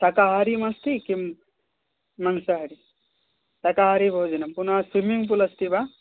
शाकाहारि अस्ति किं मांसाहारि शाकाहारिभोजनं पुनः स्विमिङ्ग् पूल् अस्ति वा